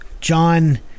John